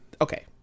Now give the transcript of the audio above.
okay